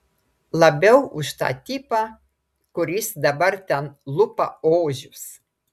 labiau už tą tipą kuris dabar ten lupa ožius